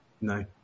no